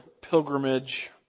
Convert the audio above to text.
pilgrimage